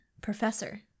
Professor